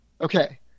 Okay